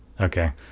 Okay